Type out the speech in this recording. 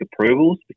approvals